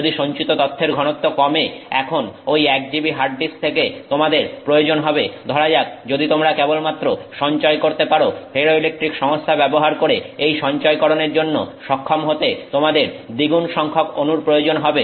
যদি সঞ্চিত তথ্যের ঘনত্ব কমে এখন ওই 1 GB হার্ড ডিস্ক থেকে তোমাদের প্রয়োজন হবে ধরা যাক যদি তোমরা কেবলমাত্র সঞ্চয় করতে পারো ফেরোইলেকট্রিক সংস্থা ব্যবহার করে এই সঞ্চয়করনের জন্য সক্ষম হতে তোমাদের দ্বিগুণ সংখ্যক অনুর প্রয়োজন হবে